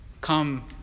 Come